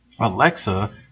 Alexa